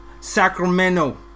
Sacramento